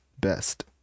best